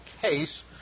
case